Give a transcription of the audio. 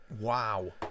wow